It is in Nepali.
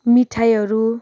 मिठाइहरू